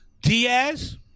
Diaz